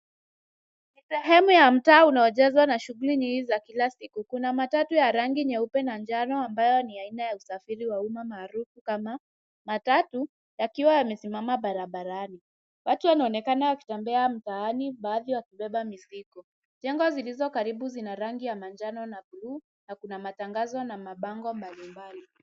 Ni sehemu ya mtaa unaojazwa na shughuli nyingi za kila siku. Kuna matatu ya rangi nyeupe na jano ambayo ya aina ya usafiri wa umma maarufu kama matatu, yakiwa yamesimama barabarani. Watu wanaonekana wakitembea mtaani baadhi wakibeba mizigo. Jengo zilizo karibu zina rangi ya majano na bluu, na kuna matangazo na mabango mbalimbali.